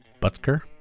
Butker